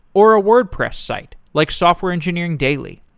or a wordpress site, like software engineering daily.